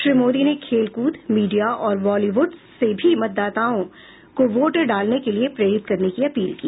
श्री मोदी ने खेलकूद मीडिया और बॉलीवुड से भी मतदाताओं को वोट डालने के लिए प्रेरित करने की अपील की